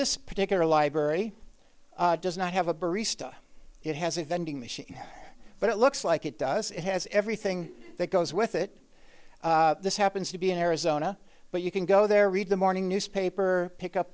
this particular library does not have a barista it has a vending machine but it looks like it does it has everything that goes with it this happens to be in arizona but you can go there read the morning newspaper pick up